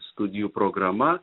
studijų programa